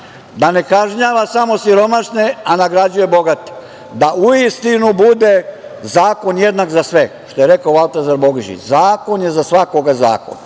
da ne kažnjava samo siromašne a nagrađuje bogate, da uistinu bude zakon jednak za sve, što je rekao Valtazar Bogišić - Zakon je za svakoga zakon.